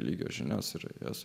lygio žinias ir jas